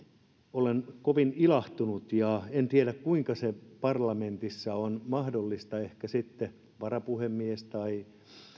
olen kovin ilahtunut en tiedä kuinka se parlamentissa on mahdollista ehkä varapuhemies tai